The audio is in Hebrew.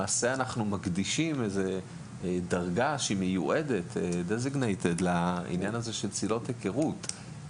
אנחנו מקדישים דרגה שמיועדת לעניין הזה של צלילות היכרות.